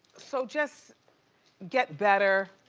so just get better,